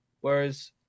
Whereas